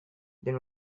then